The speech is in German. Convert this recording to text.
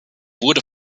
wurde